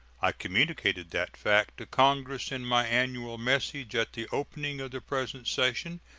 i communicated that fact to congress in my annual message at the opening of the present session,